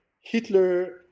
Hitler